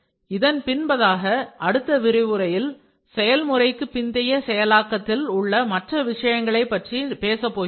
இதன் பின்பதாக அடுத்த விரிவுரையில் செயல்முறைக்கு பிந்திய செயலாக்கத்தில் உள்ள மற்ற விஷயங்களைப் பற்றி பேசப் போகிறேன்